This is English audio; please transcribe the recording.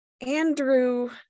andrew